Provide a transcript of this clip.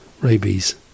rabies